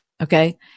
Okay